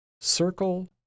circle